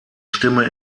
stimme